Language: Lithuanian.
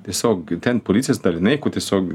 tiesiog ten policijos dalinai kur tiesiog